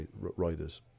riders